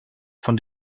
von